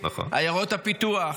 עיירות הפיתוח.